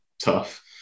tough